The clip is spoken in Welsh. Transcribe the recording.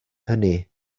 hynny